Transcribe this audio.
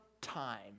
time